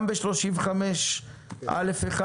שיקולים כלכליים יש לו תוקף גם ב-35(א)(1)